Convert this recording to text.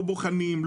לא בוחנים,